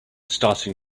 starting